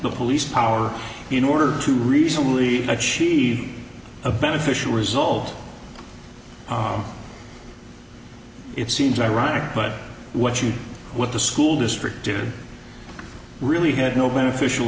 the police power in order to reasonably achieve a beneficial result it seems ironic but what you what the school district did really had no beneficial